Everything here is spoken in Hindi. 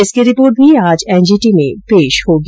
इसकी रिपोर्ट भी आज एनजीटी में पेश होगी